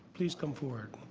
please come forward.